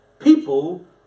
people